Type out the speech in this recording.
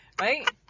Right